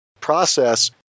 process